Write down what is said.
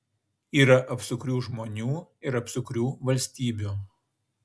yra apsukrių žmonių ir apsukrių valstybių